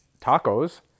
tacos